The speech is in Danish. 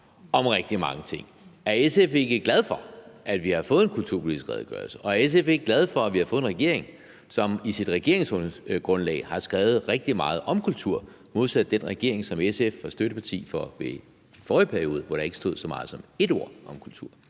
om rigtig mange ting. Er SF ikke glade for, at vi har fået en kulturpolitisk redegørelse? Og er SF ikke glade for, at vi har fået en regering, som i sit regeringsgrundlag har skrevet rigtig meget om kultur modsat den regering, som SF var støtteparti for i forrige periode? Der stod der ikke så meget som ét ord om kultur.